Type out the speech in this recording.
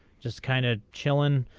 just kind of chillin.